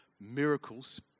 miracles